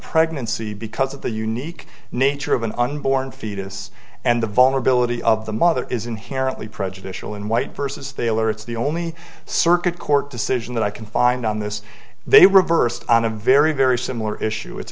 pregnancy because of the unique nature of an unborn fetus and the vulnerability of the mother is inherently prejudicial in white versus they'll or it's the only circuit court decision that i can find on this they reversed on a very very similar issue it's